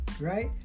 right